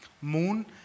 moon